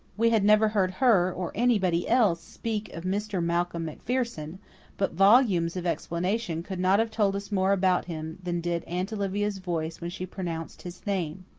we had never heard her, or anybody else, speak of mr. malcolm macpherson but volumes of explanation could not have told us more about him than did aunt olivia's voice when she pronounced his name.